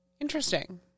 Interesting